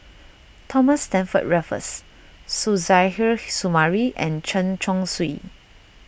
Thomas Stamford Raffles Suzairhe Sumari and Chen Chong Swee